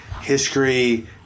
history